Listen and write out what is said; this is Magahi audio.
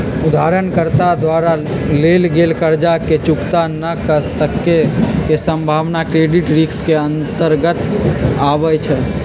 उधारकर्ता द्वारा लेल गेल कर्जा के चुक्ता न क सक्के के संभावना क्रेडिट रिस्क के अंतर्गत आबइ छै